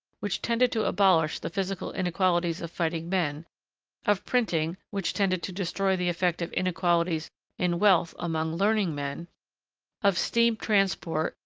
which tended to abolish the physical inequalities of fighting men of printing, which tended to destroy the effect of inequalities in wealth among learning men of steam transport,